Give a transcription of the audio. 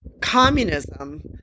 communism